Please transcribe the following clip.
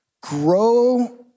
grow